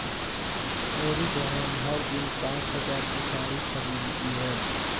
मेरी बहन हर दिन पांच हज़ार की साड़ी खरीदती है